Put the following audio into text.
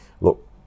look